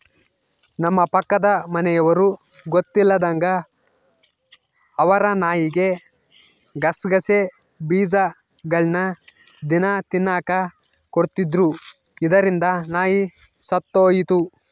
ನಮ್ಮ ಪಕ್ಕದ ಮನೆಯವರು ಗೊತ್ತಿಲ್ಲದಂಗ ಅವರ ನಾಯಿಗೆ ಗಸಗಸೆ ಬೀಜಗಳ್ನ ದಿನ ತಿನ್ನಕ ಕೊಡ್ತಿದ್ರು, ಇದರಿಂದ ನಾಯಿ ಸತ್ತೊಯಿತು